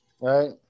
right